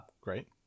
great